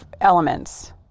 elements